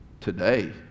Today